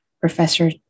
Professor